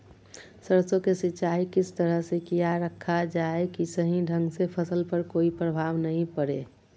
सरसों के सिंचाई किस तरह से किया रखा जाए कि सही ढंग से फसल पर कोई प्रभाव नहीं पड़े?